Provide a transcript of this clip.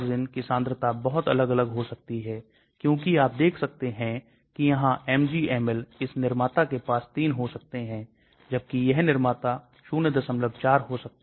कैसे अंदर दवा का उपापचय हो जाता है क्या यह अंदर प्रोटीन से बंधती है क्या यह है शरीर के अंदर ऊतकों से बंधती है इस का परिवहन कैसे होता है लिया कैसे जाता है